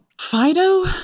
Fido